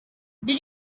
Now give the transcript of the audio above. did